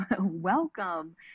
welcome